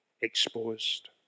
exposed